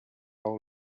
all